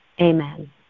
Amen